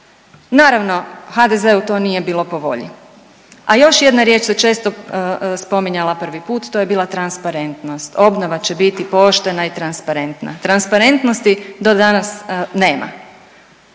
naravno HDZ-u to nije bilo po volji. A još jedna riječ se često spominjala prvi put, to je bila transparentnost, obnova će biti poštena i transparentna. Transparentnosti do danas nema.